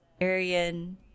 Arian